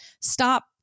stop